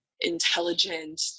intelligent